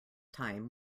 time